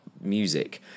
music